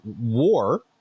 war